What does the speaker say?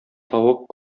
тавык